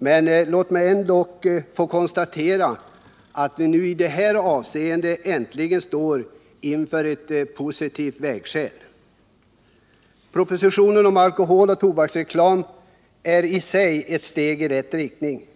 föreligger, men låt mig ändå konstatera att vi i denna fråga nu äntligen står inför ett viktigt vägskäl och är beredda att fatta ett positivt beslut. Propositionen om alkoholoch tobaksreklamen är i sig ett steg i rätt riktning.